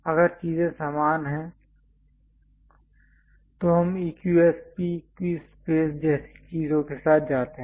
अगर चीजें समान हैं तो हम EQSP इक्वि स्पेस जैसी चीजों के साथ जाते हैं